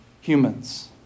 humans